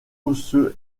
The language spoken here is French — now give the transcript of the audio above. osseux